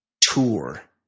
tour